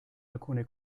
alcune